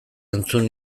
entzun